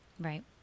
Right